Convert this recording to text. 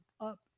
up